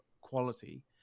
quality